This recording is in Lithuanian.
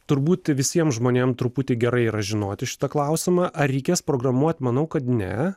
turbūt visiem žmonėm truputį gerai yra žinoti šitą klausimą ar reikės programuot manau kad ne